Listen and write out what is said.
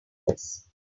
this